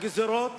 שהגזירות